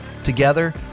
together